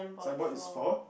signboard is four